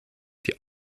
die